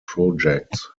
projects